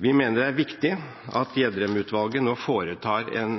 Vi mener det er viktig at Gjedrem-utvalget nå foretar en